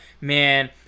man